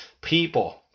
People